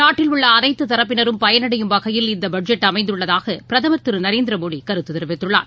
நாட்டில் உள்ள அனைத்து தரப்பினரும் பயனடையும் வகையில் இந்த பட்ஜெட் அமைந்துள்ளதாக பிரதமர் திரு நரேந்திரமோடி கருத்து தெரிவித்துள்ளார்